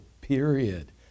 period